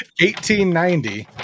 1890